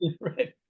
Right